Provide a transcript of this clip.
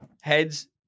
heads